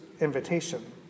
invitation